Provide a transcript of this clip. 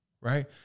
Right